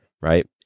right